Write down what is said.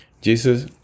Jesus